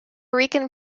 rican